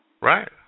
Right